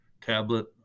tablet